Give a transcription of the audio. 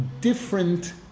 different